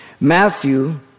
Matthew